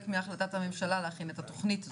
מהחלטת הממשלה להכין את התוכנית הזו.